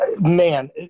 man